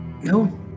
no